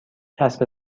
چسب